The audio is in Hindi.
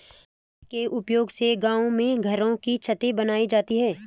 बांस के उपयोग से गांव में घरों की छतें बनाई जाती है